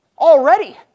already